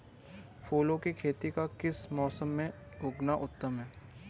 फूलों की खेती का किस मौसम में उगना उत्तम है?